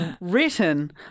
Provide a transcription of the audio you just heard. written